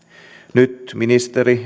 nyt ministeri